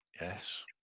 Yes